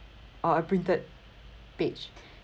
or a printed page